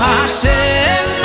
Hashem